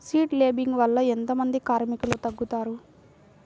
Seed లేంబింగ్ వల్ల ఎంత మంది కార్మికులు తగ్గుతారు?